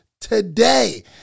today